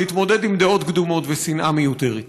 להתמודד עם דעות קדומות ושנאה מיותרת.